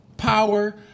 Power